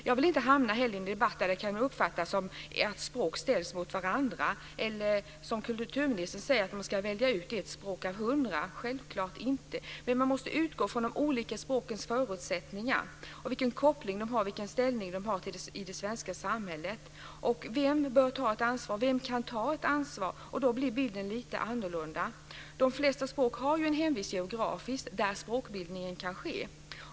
Jag vill inte heller hamna in i en debatt där språk ställs mot varandra eller att, som kulturministern säger, man ska välja ut ett språk av hundra - självklart inte. Man måste utgå från de olika språkens förutsättningar och vilken koppling och ställning de har i det svenska samhället. Vem bör och kan ta ett ansvar? Då blir bilden lite annorlunda. De flesta språk har en hemvist geografiskt där språkbildningen kan ske.